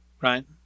right